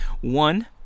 One